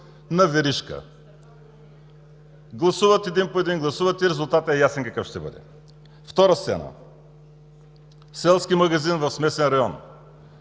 на верижка. Гласуват един по един и резултатът е ясен какъв ще бъде. Втора сцена: селски магазин в смесен район.